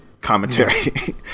commentary